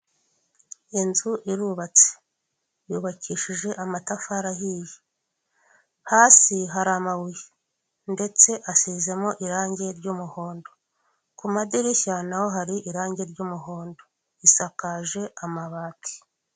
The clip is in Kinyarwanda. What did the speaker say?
Inzu irubatse; yubakishije amatafari ahiye. Hasi hari amabuye ndetse asizemo irangi ry'muhondo; ku madirishya na ho hari irangi ry'umuhondo, isakaje amabati.